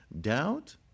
Doubt